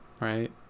right